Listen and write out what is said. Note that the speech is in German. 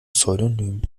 pseudonym